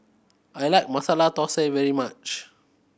I like Masala Thosai very much